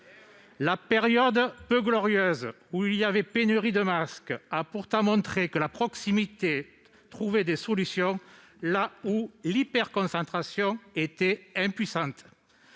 La période peu glorieuse de pénurie de masques a pourtant montré que la proximité trouvait des solutions là où l'hypercentralisation restait impuissante.